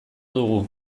dugu